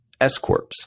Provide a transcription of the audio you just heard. S-corps